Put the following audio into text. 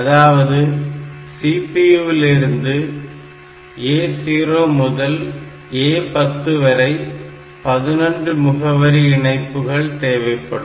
அதாவது CPU லிருந்து A0 முதல் A10 வரை 11 முகவரி இணைப்புகள் தேவைப்படும்